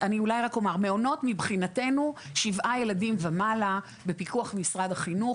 מעונות מבחינתנו שבעה ילדים ומעלה בפיקוח משרד החינוך